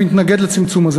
מתנגד לצמצום הזה.